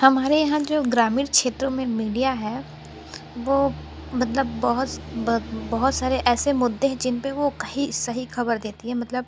हमारे यहाँ जो ग्रामीण क्षेत्रों में मीडिया है वो मतलब बहुत बहुत सारे ऐसे मुद्दे हैं जिन पर वो कहीं सही ख़बर देता है मतलब